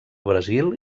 brasil